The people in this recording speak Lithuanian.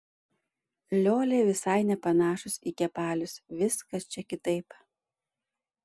lioliai visai nepanašūs į kepalius viskas čia kitaip